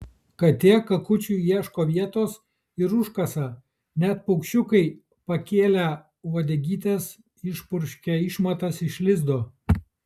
katė kakučiui ieško vietos ir užkasa net paukščiukai pakėlę uodegytes išpurškia išmatas iš lizdo